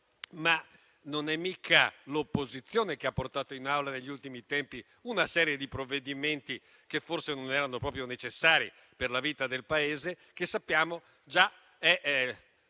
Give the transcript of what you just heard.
ma non è certo l'opposizione che ha portato in Aula negli ultimi tempi una serie di provvedimenti che forse non erano proprio necessari per la vita del Paese, che sappiamo già